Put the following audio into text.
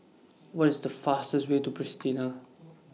What IS The fastest Way to Pristina